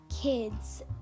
kids